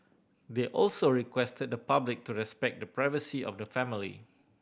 they also requested the public to respect the privacy of the family